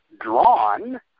drawn